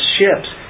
ships